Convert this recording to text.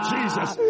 Jesus